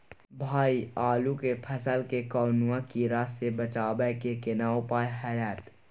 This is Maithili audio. भाई आलू के फसल के कौनुआ कीरा से बचाबै के केना उपाय हैयत?